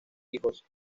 hijos